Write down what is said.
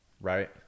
right